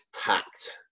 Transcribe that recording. packed